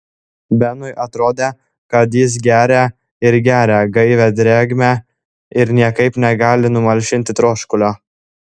benui atrodė kad jis geria ir geria gaivią drėgmę ir niekaip negali numalšinti troškulio